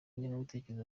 ingengabitekerezo